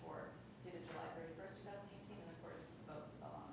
for a